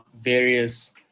various